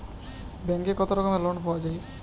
ব্যাঙ্কে কত রকমের লোন পাওয়া য়ায়?